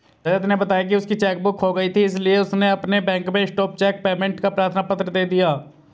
रजत ने बताया की उसकी चेक बुक खो गयी थी इसीलिए उसने अपने बैंक में स्टॉप चेक पेमेंट का प्रार्थना पत्र दे दिया